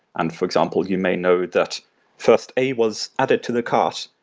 and for example, you may know that first a was added to the cart,